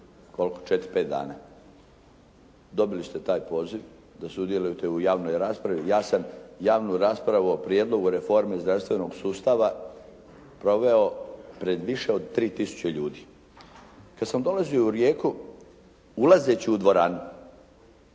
koliko 4,5 dana. Dobili ste taj poziv da sudjelujete u javnoj raspravi. Ja sam javnu raspravu o Prijedlogu reforme zdravstvenog sustava proveo pred više od 3000 tisuće. Kad sam dolazio u Rijeku, ulazeći u dvoranu